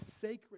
sacred